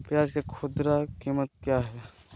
प्याज के खुदरा कीमत क्या है?